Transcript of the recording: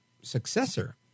successor